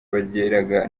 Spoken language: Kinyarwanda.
bageraga